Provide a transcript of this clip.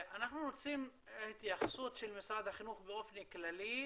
אנחנו רוצים התייחסות של משרד החינוך באופן כללי,